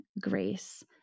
grace